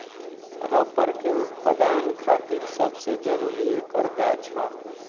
rubber के उत्पदान खातिर सबसे जरूरी ऐकर गाछ ह